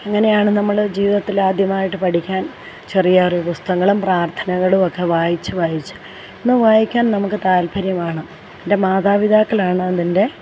അങ്ങനെയാണ് നമ്മൾ ജീവിതത്തിൽ ആദ്യമായി പഠിക്കാൻ ചെറിയ ചെറിയ പുസ്തകങ്ങളും പ്രാർത്ഥനകളും ഒക്കെ വായിച്ച് വായിച്ച് ഇന്നു വായിക്കാൻ നമുക്ക് താത്പര്യം ആണ് എൻ്റെ മാതാപിതാക്കളാണ് അതിൻ്റെ